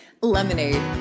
Lemonade